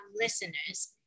listeners